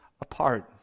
apart